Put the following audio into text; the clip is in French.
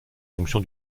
fonction